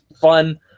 fun